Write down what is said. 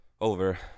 Over